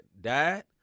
died